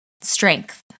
Strength